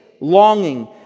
longing